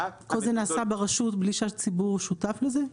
כל זה נעשה ברשות בלי שהציבור שותף לזה?